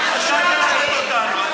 אתה תלמד אותנו.